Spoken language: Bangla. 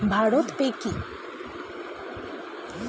ভারত পে কি?